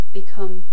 become